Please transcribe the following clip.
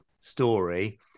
story